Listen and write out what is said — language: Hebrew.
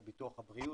לביטוח הבריאות,